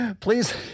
Please